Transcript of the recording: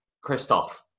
Christoph